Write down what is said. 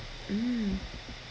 mm